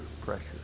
pressure